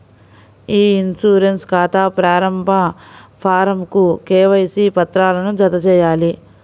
ఇ insurance ఖాతా ప్రారంభ ఫారమ్కు కేవైసీ పత్రాలను జతచేయాలి